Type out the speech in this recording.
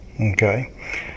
okay